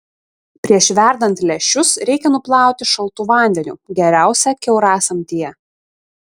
prieš verdant lęšius reikia nuplauti šaltu vandeniu geriausia kiaurasamtyje